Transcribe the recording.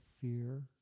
fear